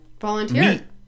volunteer